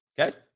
Okay